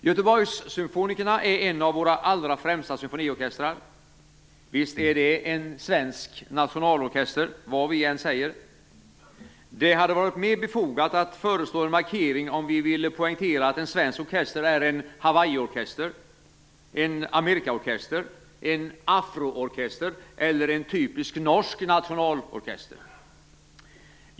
Göteborgssymfonikerna är en av våra allra främsta symfoniorkestrar. Visst är den en svensk nationalorkester, vad vi än säger. Det hade varit mer befogat att föreslå en markering om vi ville poängtera att en svensk orkester är en hawaiiorkester, en amerikaorkester, en afroorkester eller en typisk norsk nationalorkester.